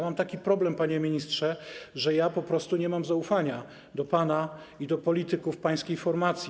Mam taki problem, panie ministrze, że po prostu nie mam zaufania do pana i do polityków pańskiej formacji.